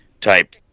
type